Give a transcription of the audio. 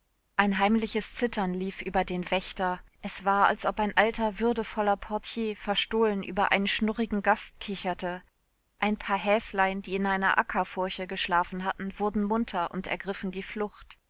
ein heimliches zittern lief über den wächter es war als ob ein alter würdevoller portier verstohlen über einen schnurrigen gast kicherte ein paar häslein die in einer ackerfurche geschlafen hatten wurden munter und ergriffen die flucht